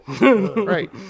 Right